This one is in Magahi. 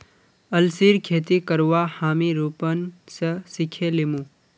अलसीर खेती करवा हामी रूपन स सिखे लीमु